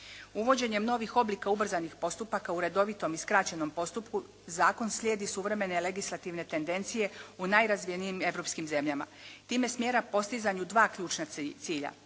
Uvođenjem novih oblika ubrzanih postupaka u redovitom i skraćenom postupku zakon slijedi suvremene legislativne tendencije u najrazvijenijim europskim zemljama. Time smjera postizanju dva ključna cilja.